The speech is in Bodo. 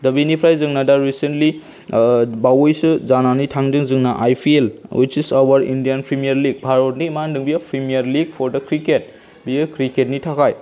दा बिनिफ्राय जोंना दा रिसेन्टलि बावैसो जानानै थांदों जोंना I P L which is our Indian premier league भारतनि मा होन्दों बेयो लीग फर डा क्रिकेट बेयो क्रिकेटनि थाखाय